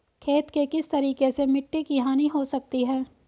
खेती के किस तरीके से मिट्टी की हानि हो सकती है?